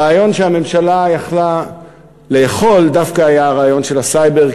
הרעיון שהממשלה יכולה להחיל דווקא היה הרעיון של הסייבר,